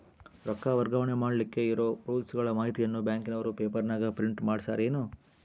ರೊಕ್ಕ ವರ್ಗಾವಣೆ ಮಾಡಿಲಿಕ್ಕೆ ಇರೋ ರೂಲ್ಸುಗಳ ಮಾಹಿತಿಯನ್ನ ಬ್ಯಾಂಕಿನವರು ಪೇಪರನಾಗ ಪ್ರಿಂಟ್ ಮಾಡಿಸ್ಯಾರೇನು?